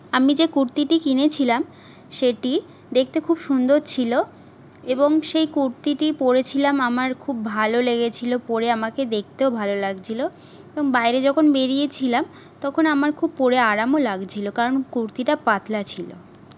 আমি যে কুর্তিটি কিনেছিলাম সেটি দেখতে খুব সুন্দর ছিল এবং সেই কুর্তিটি পড়েছিলাম আমার খুব ভালো লেগেছিলো পড়ে আমাকে দেখতেও ভালো লাগছিলো বাইরে যখন বেড়িয়েছিলাম তখন আমার খুব পড়ে আরামও লাগছিলো কারণ কুর্তিটা পাতলা ছিল